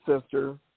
sister